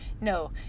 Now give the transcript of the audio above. no